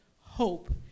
hope